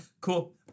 Cool